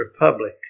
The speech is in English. republic